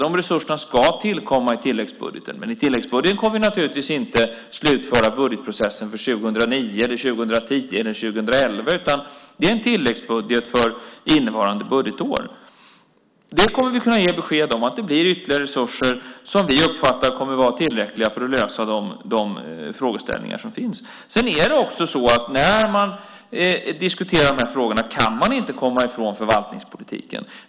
De resurserna ska tillkomma i tilläggsbudgeten, men i tilläggsbudgeten kommer vi naturligtvis inte att slutföra budgetprocessen för 2009, 2010 eller 2011, utan det är en tilläggsbudget för innevarande budgetår. Vi kommer att kunna ge besked om att det blir ytterligare resurser som vi uppfattar kommer att vara tillräckliga för att lösa de frågeställningar som finns. Sedan är det också så att när man diskuterar de här frågorna kan man inte komma ifrån förvaltningspolitiken.